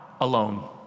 alone